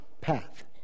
path